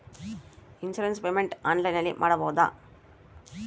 Insurance payment ಆನ್ಲೈನಿನಲ್ಲಿ ಮಾಡಬಹುದಾ?